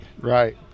Right